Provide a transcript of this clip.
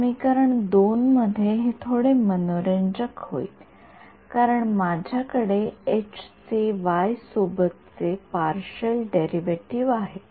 तर समीकरण २ मध्ये हे थोडे मनोरंजक होईल कारण माझ्या कडे एच चे वाय सोबतचे पार्शिअल डेरिव्हेटिव्ह आहे